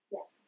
Yes